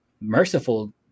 merciful